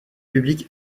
public